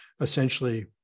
essentially